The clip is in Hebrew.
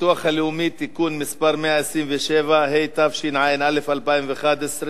הביטוח הלאומי (תיקון מס' 127), התשע"א 2011,